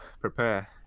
prepare